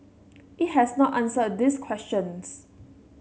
it has not answered these questions